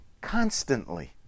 constantly